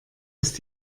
ist